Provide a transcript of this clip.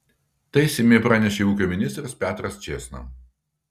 tai seime pranešė ūkio ministras petras čėsna